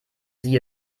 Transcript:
sie